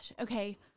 Okay